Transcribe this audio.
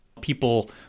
People